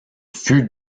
fut